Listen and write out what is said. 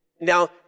Now